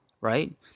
right